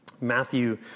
Matthew